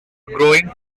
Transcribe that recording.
growing